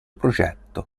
progetto